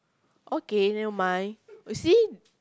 okay nevermind you see